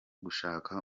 gushaka